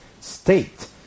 state